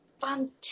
fantastic